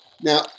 Now